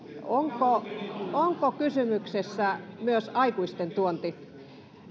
onko onko kysymyksessä myös aikuisten tuonti